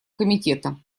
комитета